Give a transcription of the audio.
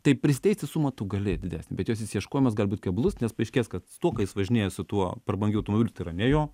tai prisiteisti sumą tu gali didesnę bet jos išsiieškojimas gali būti keblus nes paaiškės kad tuo ką jis važinėja su tuo prabangiu automobiliu tai yra ne jo